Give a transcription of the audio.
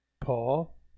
Paul